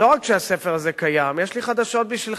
לא רק שהספר הזה קיים, יש לי חדשות בשבילך,